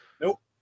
Nope